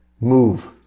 move